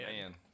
man